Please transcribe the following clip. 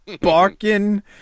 barking